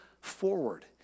forward